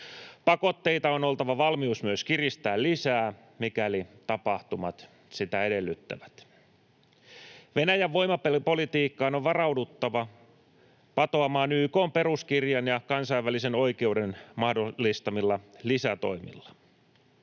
Pakotteita on oltava valmius myös kiristää lisää, mikäli tapahtumat sitä edellyttävät. Venäjän voimapolitiikkaa on varauduttava patoamaan YK:n peruskirjan ja kansainvälisen oikeuden mahdollistamilla lisätoimilla.